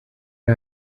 ari